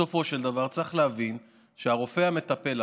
בסופו של דבר צריך להבין שהרופא המטפל,